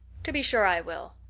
to be sure i will.